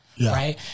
Right